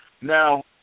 Now